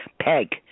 Peg